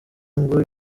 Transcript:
ngo